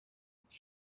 its